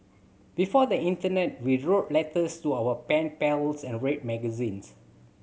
before the internet we wrote letters to our pen pals and read magazines